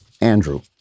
andrew